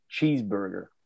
cheeseburger